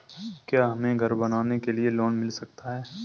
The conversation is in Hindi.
क्या हमें घर बनवाने के लिए लोन मिल सकता है?